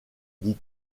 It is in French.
dit